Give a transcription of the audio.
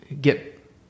get